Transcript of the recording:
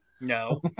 No